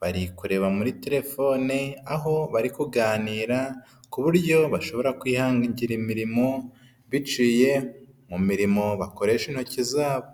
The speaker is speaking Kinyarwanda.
Bari kureba muri telefone aho bari kuganira ku buryo bashobora kwihangira imirimo biciye mu mirimo bakoresha intoki zabo.